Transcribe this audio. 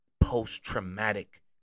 post-traumatic